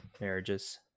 marriages